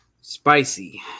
Spicy